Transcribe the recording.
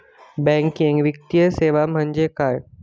Banking वित्तीय सेवा म्हणजे काय?